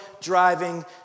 driving